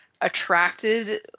attracted